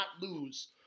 lose